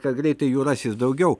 kad greitai jų rasis daugiau